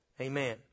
Amen